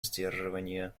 сдерживания